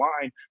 line